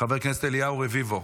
חבר הכנסת אליהו רביבו,